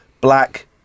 black